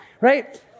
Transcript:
Right